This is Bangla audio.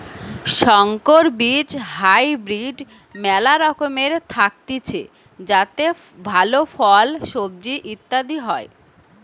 সংকর বীজ হাইব্রিড মেলা রকমের থাকতিছে যাতে ভালো ফল, সবজি ইত্যাদি হয়